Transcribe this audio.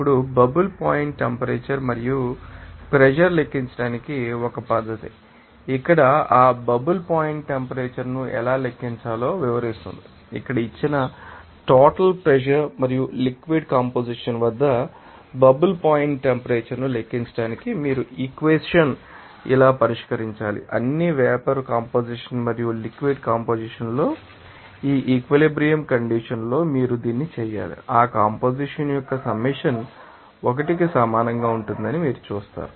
ఇప్పుడు bubble point temperature మరియు pressure లెక్కించడానికి ఒక పద్ధతి ఇక్కడ ఆ బబుల్ పాయింట్ టెంపరేచర్ ను ఎలా లెక్కించాలో వివరిస్తుంది ఇక్కడ ఇచ్చిన టోటల్ ప్రెషర్ మరియు లిక్విడ్ కంపొజిషన్ వద్ద బబుల్ పాయింట్ టెంపరేచర్ ను లెక్కించడానికి మీరు ఈ ఈక్వేషన్ ాన్ని ఇలా పరిష్కరించాలి అన్నీ వేపర్ కంపొజిషన్ మరియు లిక్విడ్ కంపొజిషన్ లో ఆ ఈక్విలిబ్రియం కండిషన్ లో మీరు దీన్ని చేయాలి ఆ కంపొజిషన్ యొక్క సమ్మషన్ 1 కి సమానంగా ఉంటుందని మీరు చూస్తారు